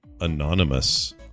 anonymous